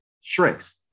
shrinks